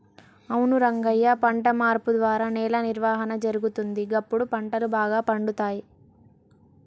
అవును రంగయ్య పంట మార్పు ద్వారా నేల నిర్వహణ జరుగుతుంది, గప్పుడు పంటలు బాగా పండుతాయి